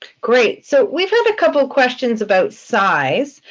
great. so we've had a couple of questions about size.